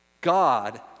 God